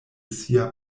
sia